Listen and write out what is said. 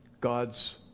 God's